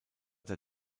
der